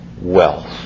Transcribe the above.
wealth